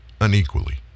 unequally